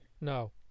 No